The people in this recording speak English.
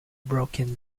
broken